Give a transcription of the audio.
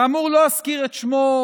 כאמור, לא אזכיר את שמם,